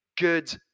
Good